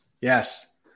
Yes